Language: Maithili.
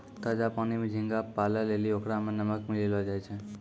ताजा पानी में झींगा पालै लेली ओकरा में नमक मिलैलोॅ जाय छै